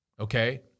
Okay